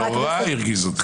נורא הרגיז אותי.